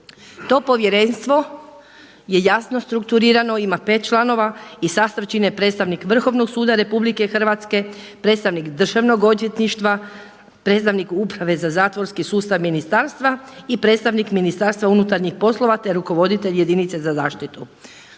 To povjerenstvo je jasno strukturirano, ima 5 članova i sastav čine predstavnik Vrhovnog suda RH, predstavnik državnog odvjetništva, predstavnik uprave za zatvorski sustav ministarstva i predstavnik Ministarstva unutarnjih poslova te rukovoditelj jedinice za zaštitu.